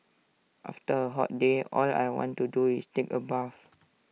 after A hot day all I want to do is take A bath